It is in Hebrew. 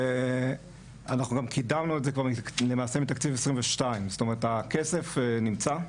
אנחנו כבר קידמנו את זה מתקציב 2022. זאת אומרת הכסף נמצא.